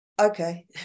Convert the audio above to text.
Okay